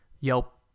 Yelp